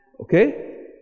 okay